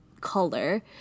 color